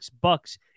bucks